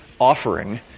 offering